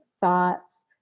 thoughts